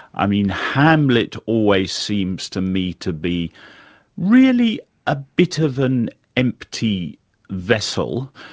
i mean, hamlet always seems to me to be really a bit of an empty vessel,